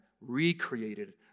recreated